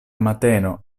mateno